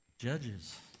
Judges